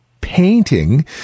painting